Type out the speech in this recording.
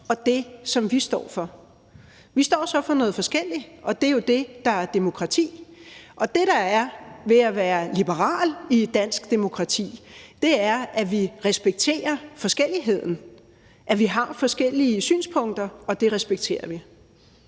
på det, som vi står for. Vi står så for noget forskelligt, og det er jo det, der er demokrati. Og det, der er ved at være liberal i et dansk demokrati, er, at vi respekterer forskelligheder og respekterer, at vi har forskellige synspunkter. Kl. 17:45 Formanden